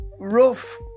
rough